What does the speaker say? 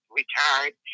retired